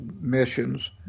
missions